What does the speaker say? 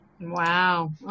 Wow